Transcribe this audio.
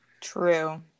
true